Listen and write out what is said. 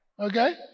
Okay